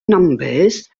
numbers